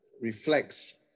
reflects